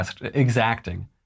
exacting